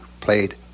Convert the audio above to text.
played